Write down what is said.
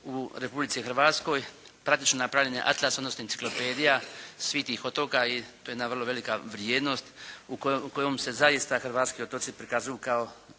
u Republici Hrvatskoj, praktično napravljeni atlas, odnosno enciklopedija svih tih otoka i to je jedna vrlo velika vrijednost kojom se zaista hrvatski otoci prikazuju kao